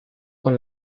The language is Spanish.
con